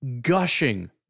gushing